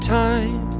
time